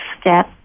step